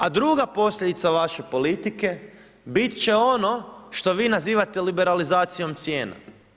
A druga posljedica vaše politike bit će ono što vi nazivate liberalizacijom cijena.